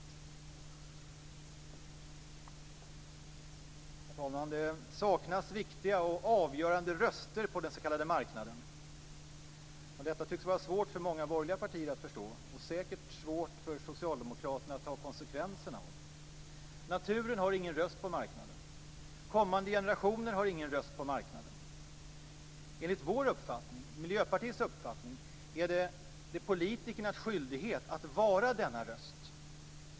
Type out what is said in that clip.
Herr talman! Det saknas viktiga och avgörande röster på den s.k. marknaden. Detta tycks vara svårt för många borgerliga partier att förstå, och säkert svårt för socialdemokraterna att ta konsekvenserna av. Naturen har ingen röst på marknaden. Kommande generationer har ingen röst på marknaden. Enligt vår uppfattning, Miljöpartiets uppfattning, är det politikernas skyldighet att vara denna röst.